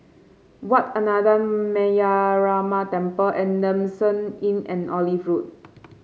Wat Ananda Metyarama Temple Adamson Inn and Olive Road